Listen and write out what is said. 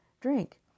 Drink